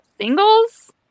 singles